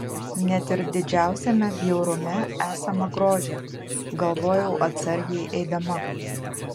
net ir didžiausiame bjaurume esama grožio galvojau atsargiai eidama